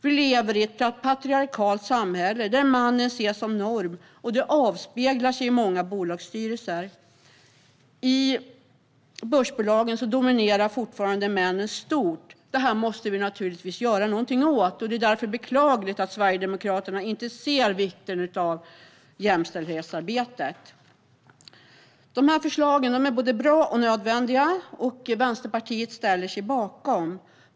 Vi lever i ett patriarkalt samhälle där mannen ses som norm, och det avspeglar sig i många bolagsstyrelser. I börsbolagen dominerar männen fortfarande stort. Det här måste vi naturligtvis göra någonting åt, och det är därför beklagligt att Sverigedemokraterna inte ser vikten av jämställdhetsarbetet. De här förslagen är både bra och nödvändiga, och Vänsterpartiet ställer sig bakom dem.